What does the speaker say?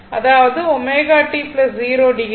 அதாவது ω t 0o